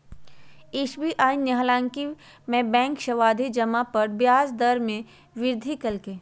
SBI ने हालही में बैंक सावधि जमा पर ब्याज दर में वृद्धि कइल्कय